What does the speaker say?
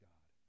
God